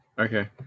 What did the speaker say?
Okay